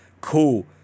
cool